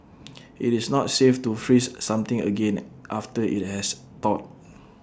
IT is not safe to freeze something again after IT has thawed